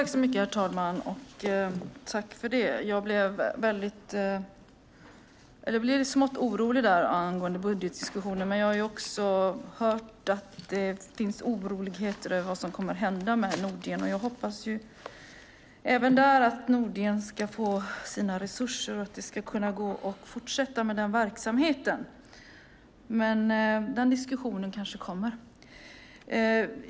Herr talman! Tack för det svaret, ministern! Jag blev smått orolig angående budgetdiskussionen. Jag har också hört att det finns en oro kring vad som kommer att hända med Nordgen. Jag hoppas att Nordgen får sina resurser och att det går att fortsätta med den verksamheten. Den diskussionen kommer kanske.